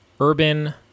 urban